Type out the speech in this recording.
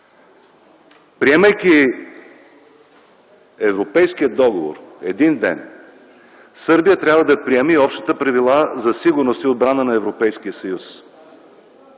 Приемайки Европейския договор един ден, Сърбия трябва да приеме и общите правила за сигурност и отбрана на Европейския съюз.